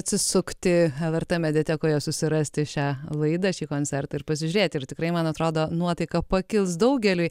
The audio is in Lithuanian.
atsisukti lrt mediatekoje susirasti šią laidą šį koncertą ir pasižiūrėti ir tikrai man atrodo nuotaika pakils daugeliui